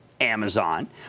Amazon